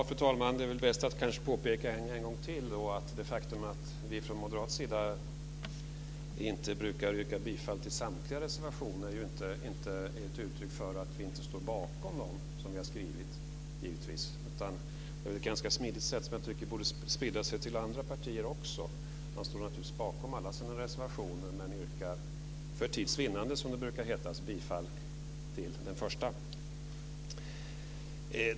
Fru talman! Det är väl bäst att påpeka en gång till, att det faktum att vi från moderat sida inte brukar yrka bifall till samtliga reservationer inte är ett uttryck för att vi inte står bakom dem som vi har skrivit. Det är ett smidigt sätt - som borde spridas till andra partier - att stå bakom alla sina reservationer men yrka "för tids vinnande" bifall till den första.